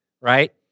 right